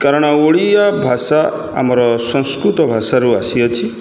କାରଣ ଓଡ଼ିଆ ଭାଷା ଆମର ସଂସ୍କୃତ ଭାଷାରୁ ଆସିଅଛି